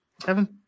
Kevin